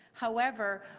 however,